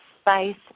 space